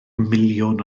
miliwn